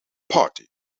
party